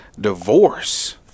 divorce